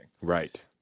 Right